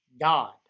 God